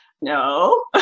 no